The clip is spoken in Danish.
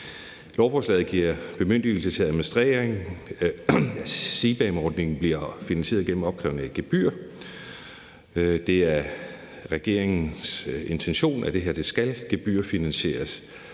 Lovforslaget giver en bemyndigelse til, at administreringen af CBAM-forordningen bliver finansieret gennem opkrævningen af et gebyr. Det er regeringens intention, at det her skal gebyrfinansieres.